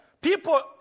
People